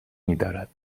میدارد